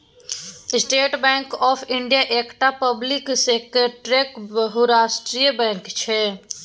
state bank of India एकटा पब्लिक सेक्टरक बहुराष्ट्रीय बैंक छै